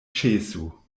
ĉesu